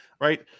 right